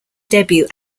debut